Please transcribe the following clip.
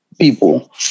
people